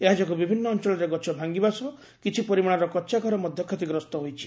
ଏହା ଯୋଗୁଁ ବିଭିନୁ ଅଞ୍ଚଳରେ ଗଛ ଭାଙ୍ଗିବା ସହ କିଛି ପରିମାଣର କଚା ଘର ମଧ୍ଧ କ୍ଷତିଗ୍ରସ୍ଡ ହୋଇଛି